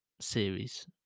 series